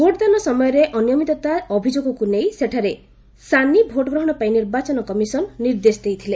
ଭୋଟଦାନ ସମୟରେ ଅନିୟମିତତା ଅଭିଯୋଗକ୍ତ ନେଇ ସେଠାରେ ସାନି ଭୋଟ୍ ଗ୍ରହଣ ପାଇଁ ନିର୍ବାଚନ କମିଶନ ନିର୍ଦ୍ଦେଶ ଦେଇଥିଲେ